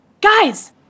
guys